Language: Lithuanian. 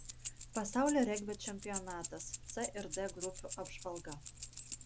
pasaulio regbio čempionatas c ir d grupių apžvalga